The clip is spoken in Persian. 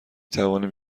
توانیم